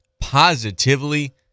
positively